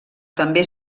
també